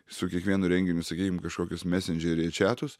su kiekvienu renginiu sakykim kažkokius mesendžeryje čiatus